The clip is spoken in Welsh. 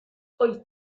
wyt